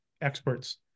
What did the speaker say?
experts